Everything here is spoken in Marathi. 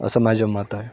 असं माझं मत आहे